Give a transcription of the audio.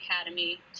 academy